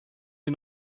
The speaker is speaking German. die